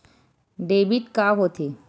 Debit का होथे?